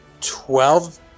Twelve